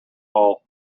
hall